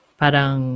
parang